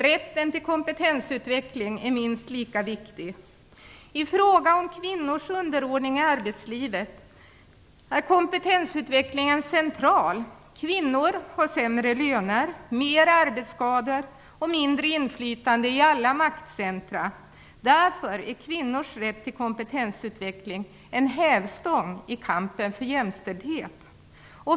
Rätten till kompetensutveckling är minst lika viktig. I fråga om kvinnors underordning i arbetslivet är kompetensutvecklingen central. Kvinnor har sämre löner, mer arbetsskador och mindre inflytande i alla maktcentra. Därför är kvinnors rätt till kompetensutveckling en hävstång i kampen för jämställdhet.